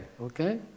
okay